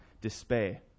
despair